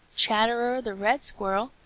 chatterer the red squirrel,